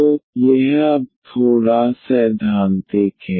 तो यह अब थोड़ा सैद्धांतिक है